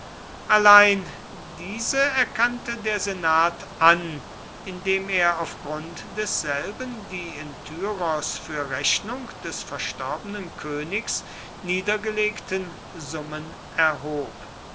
allein diese erkannte der senat an indem er auf grund desselben die in tyros für rechnung des verstorbenen königs niedergelegten summen erhob